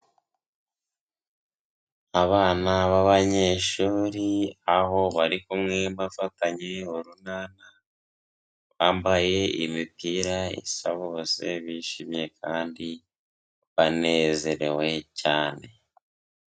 Abana b'abanyeshuri, aho bari kumwe bafatanye urunana, bambaye imipira isa bose, bishimye kandi banezerewe cyane.